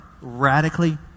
radically